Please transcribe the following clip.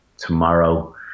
tomorrow